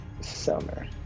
Summer